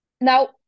Now